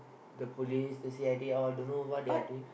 the police the C_I_D all don't know what they are doing